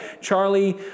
Charlie